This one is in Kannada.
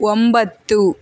ಒಂಬತ್ತು